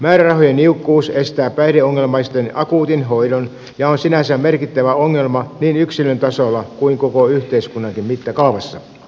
määrärahojen niukkuus estää päihdeongelmaisten akuutin hoidon ja on sinänsä merkittävä ongelma niin yksilön tasolla kuin koko yhteiskunnankin mittakaavassa